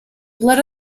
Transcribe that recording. let